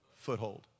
foothold